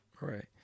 Right